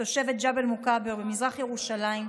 תושבת ג'בל מוכבר במזרח ירושלים,